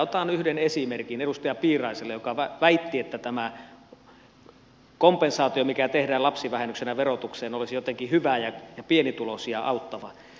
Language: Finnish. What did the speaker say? otan yhden esimerkin edustaja piiraiselle joka väitti että tämä kompensaatio mikä tehdään lapsivähennyksenä verotukseen olisi jotenkin hyvä ja pienituloisia auttava